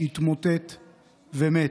התמוטט ומת.